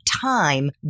Time